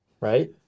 right